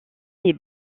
les